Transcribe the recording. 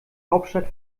hauptstadt